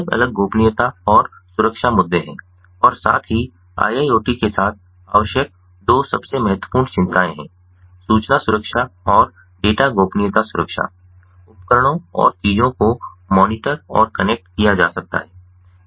अलग अलग गोपनीयता और सुरक्षा मुद्दे हैं और साथ ही IIoT के साथ आवश्यक दो सबसे महत्वपूर्ण चिंताएं हैं सूचना सुरक्षा और डेटा गोपनीयता सुरक्षा उपकरणों और चीजों को मॉनिटर और कनेक्ट किया जा सकता है